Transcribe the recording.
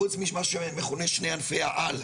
חוץ ממה שאני מכנה שני ענפי העל,